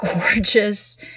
gorgeous